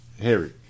Harry